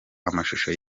amashusho